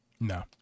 No